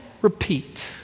repeat